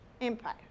Empire